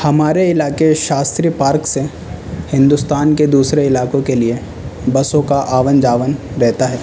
ہمارے علاقے شاستری پارک سے ہندوستان کے دوسرے علاقوں کے لیے بسوں کا آون جاون رہتا ہے